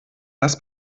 das